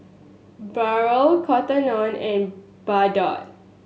Barrel Cotton On and Bardot